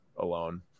alone